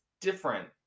different